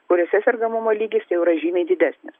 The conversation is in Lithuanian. kuriose sergamumo lygis jau yra žymiai didesnis